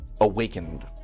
Awakened